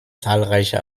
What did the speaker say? zahlreiche